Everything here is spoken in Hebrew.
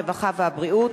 הרווחה והבריאות,